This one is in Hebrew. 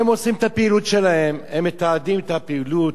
הם עושים את הפעילות שלהם, הם מתעדים את הפעילות,